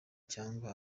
cyangwa